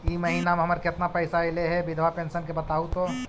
इ महिना मे हमर केतना पैसा ऐले हे बिधबा पेंसन के बताहु तो?